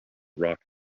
rock